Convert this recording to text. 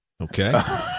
Okay